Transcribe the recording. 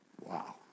Wow